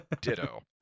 ditto